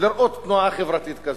לראות תנועה חברתית כזאת.